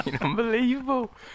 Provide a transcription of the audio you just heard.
unbelievable